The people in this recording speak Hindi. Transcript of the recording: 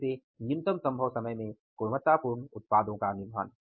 फिर से न्यूनतम संभव समय में गुणवत्तापूर्ण उत्पादों का निर्माण